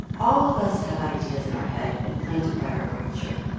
all of us have ideas in our head implanted by our culture,